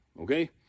Okay